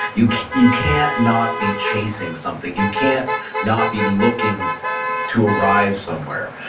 you you can't not be chasing something. you can't not be looking to arrive somewhere.